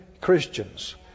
Christians